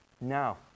Now